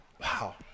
Wow